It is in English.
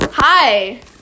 Hi